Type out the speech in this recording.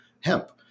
hemp